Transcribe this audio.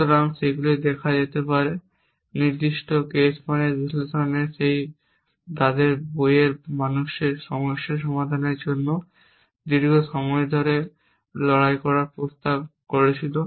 সুতরাং সেগুলিকে দেখা যেতে পারে নির্দিষ্ট কেস মানে বিশ্লেষণের এবং যেটি তাদের বইয়ে মানুষের সমস্যা সমাধানের জন্য দীর্ঘ সময় ধরে লড়াই করার প্রস্তাব করেছিল